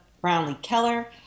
Brownlee-Keller